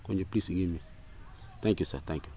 கொஞ்சம் please give me thank you sir thank you